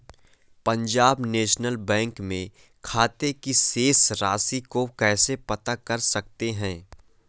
Punjab national bank में खाते की शेष राशि को कैसे पता कर सकते हैं?